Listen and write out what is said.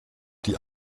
die